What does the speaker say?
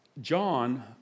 John